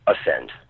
ascend